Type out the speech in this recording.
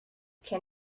can